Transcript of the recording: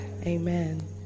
Amen